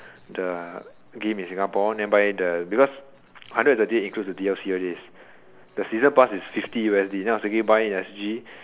the game in Singapore then buy the because hundred and thirty eight includes the D_L_C all this the season pass is fifty U_S_D then I was thinking buy in S_G